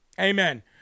Amen